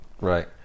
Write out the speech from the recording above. right